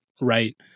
right